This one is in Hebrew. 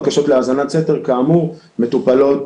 בקשות להאזנת סתר כאמור מטופלות